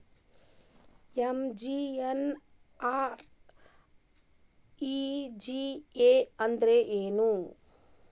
MGNREGA ಅಂದ್ರೆ ಏನು?